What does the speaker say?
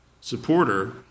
supporter